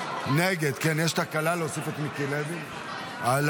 יש תקלה, להוסיף את מיקי לוי לפרוטוקול.